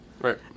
Right